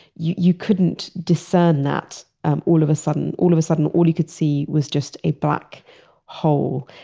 you you couldn't discern that um all of a sudden. all of a sudden, all you could see was just a black hole.